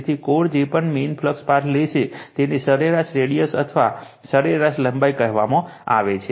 તેથી કોર જે પણ મેઈન ફ્લક્સ પાથ લેશે તેને સરેરાશ રેડિયસ અથવા સરેરાશ લંબાઈ કહેવામાં આવે છે